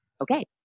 Okay